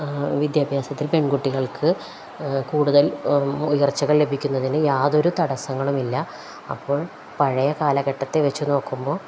വിദ്യാഭ്യാസത്തിൽ പെൺകുട്ടികൾക്കു കൂടുതൽ ഉയർച്ചകൾ ലഭിക്കുന്നതിനു യാതൊരു തടസ്സങ്ങളുമില്ല അപ്പോൾ പഴയ കാലഘട്ടത്തെ വച്ചുനോക്കുമ്പോള്